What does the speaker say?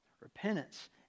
Repentance